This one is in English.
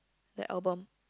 the album